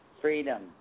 freedom